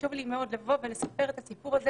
חשוב לי מאוד לבוא ולספר את הסיפור הזה